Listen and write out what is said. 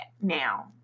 now